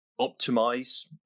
optimize